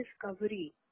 discovery